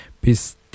bis